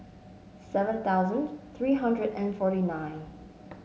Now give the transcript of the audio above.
seven thousand three hundred and forty nine